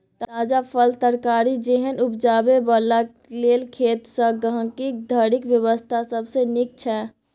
ताजा फल, तरकारी जेहन उपजाबै बला लेल खेत सँ गहिंकी धरिक व्यवस्था सबसे नीक छै